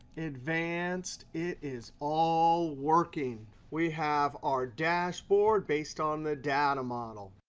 advanced. it is all working. we have our dashboard based on the data model.